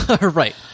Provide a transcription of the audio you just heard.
right